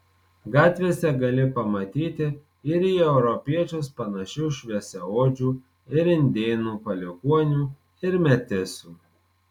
gatvėse gali pamatyti ir į europiečius panašių šviesiaodžių ir indėnų palikuonių ir metisų